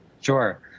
Sure